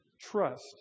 Trust